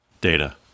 Data